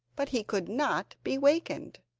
but he could not be wakened,